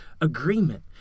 agreement